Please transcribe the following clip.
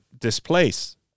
displace